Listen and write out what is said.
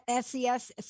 SES